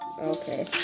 Okay